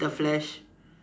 the flesh